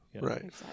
Right